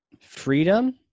freedom